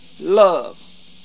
love